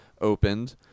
opened